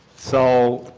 so